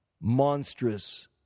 monstrous